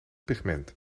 pigment